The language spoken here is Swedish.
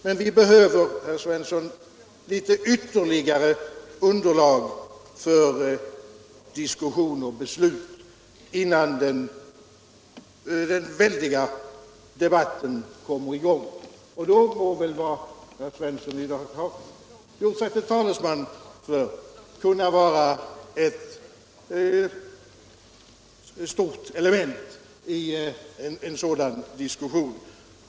Men vi behöver, herr Svensson, litet ytterligare underlag för diskussion och beslut innan den väldiga debatten kommer i gång. I en sådan diskussion må väl det förslag herr Svensson i dag gjort sig till talesman för vara ett stort element.